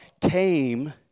came